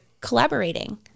collaborating